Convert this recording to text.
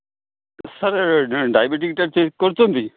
sir ଡ଼ାଇବେଟିସ୍ଟା check କରିଛନ୍ତି